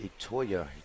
Itoya